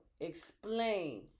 explains